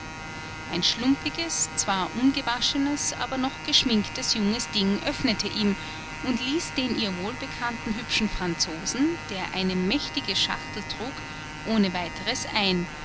ein schlumpiges zwar ungewaschenes aber noch geschminktes junges ding öffnete ihm und ließ den ihr wohlbekannten hübschen franzosen der eine mächtige schachtel trug ohneweiters ein